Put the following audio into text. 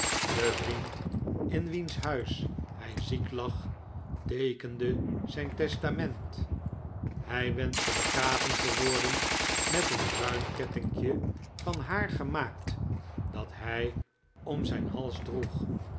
de vriend in wiens huis hij ziek lag teekende zijn testament hij wenschte begraven te worden met een bruin kettinkje van haar gemaakt dat hij om zijn hals droeg